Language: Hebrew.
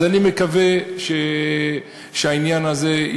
אז אני מקווה שהעניין הזה,